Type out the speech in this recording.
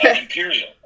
Imperial